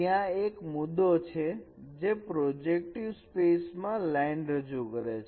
ત્યાં એક મુદ્દો છે જે પ્રોજેક્ટિવ સ્પેસ માં લાઇન રજૂ કરે છે